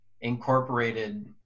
incorporated